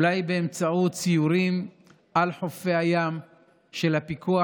אולי באמצעות סיורים על חופי הים של הפיקוח